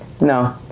no